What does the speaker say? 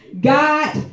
God